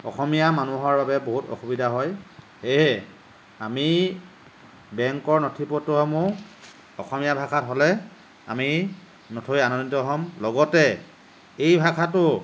অসমীয়া মানুহৰ বাবে বহুত অসুবিধা হয় সেয়েহে আমি বেংকৰ নথি পত্ৰসমূহ অসমীয়া ভাষাত হ'লে আমি নথৈ আনন্দিত হ'ম লগতে এই ভাষাটো